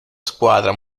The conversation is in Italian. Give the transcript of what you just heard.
squadra